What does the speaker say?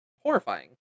horrifying